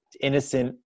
innocent